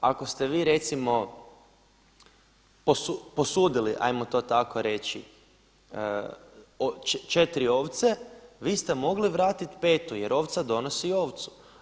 Ako ste vi recimo posudili ajmo to tako reći četiri ovce vi ste mogli vratiti petu jer ovca donosi ovcu.